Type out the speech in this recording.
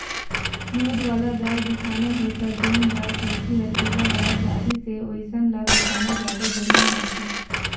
दूद वाला गाय बिसाना हे त जेन गाय, भइसी हर पिला डायर दारी से ओइसन ल बेसाना जादा बड़िहा होथे